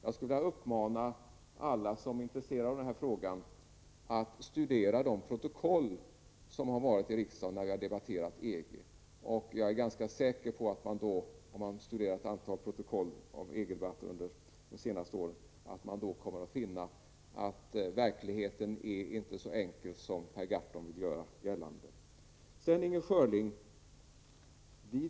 Jag skulle vilja uppmana alla som är intresserade av den här frågan att studera protokollen som har förts när riksdagen har debatterat EG. Jag är säker på att de som studerar ett antal EG-debatter under de senaste åren kommer att finna att verkligheten inte är så enkel som Per Gahrton vill göra gällande. Så till Inger Schörling.